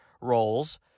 roles